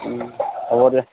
হ'ব দিয়